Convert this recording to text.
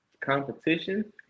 competition